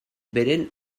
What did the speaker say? beren